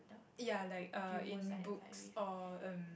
ya like err in books or um